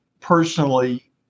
personally